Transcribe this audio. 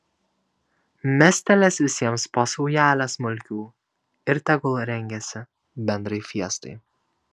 mestelės visiems po saujelę smulkių ir tegul rengiasi bendrai fiestai